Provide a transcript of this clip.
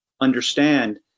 understand